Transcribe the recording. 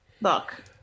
Look